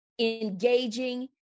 engaging